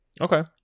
Okay